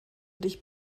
dich